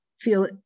feel